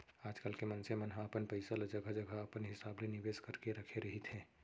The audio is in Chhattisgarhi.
आजकल के मनसे मन ह अपन पइसा ल जघा जघा अपन हिसाब ले निवेस करके रखे रहिथे